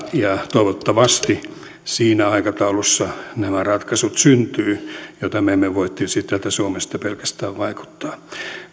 toivottavasti siinä aikataulussa nämä ratkaisut syntyvät mihin me emme voi tietysti täältä suomesta pelkästään vaikuttaa